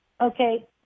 Okay